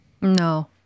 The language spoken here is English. No